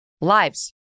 lives